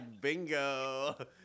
Bingo